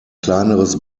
kleineres